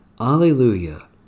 Alleluia